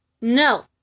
No